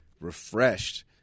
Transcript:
refreshed